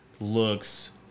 looks